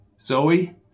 Zoe